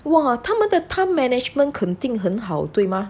!wah! 他们的 time management 肯定很好对吗